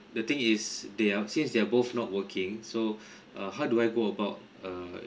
the thing is they are since they're both not working so uh how do I go about uh